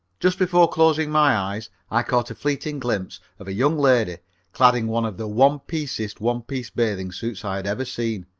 just before closing my eyes i caught a fleeting glimpse of a young lady clad in one of the one-piecest one-piece bathing suits i had ever seen.